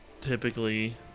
typically